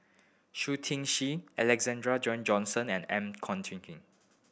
Shui Tin Si Alexander Johnston and M